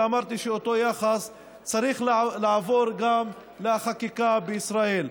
ואמרתי שאותו יחס צריך לעבור גם לחקיקה בישראל.